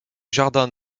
jardins